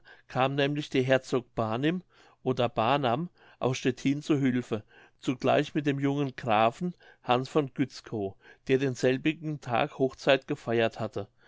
kam nämlich der herzog barnim oder barnam aus stettin zu hülfe zugleich mit dem jungen grafen hans von gützkow der denselbigen tag hochzeit gefeiert hatte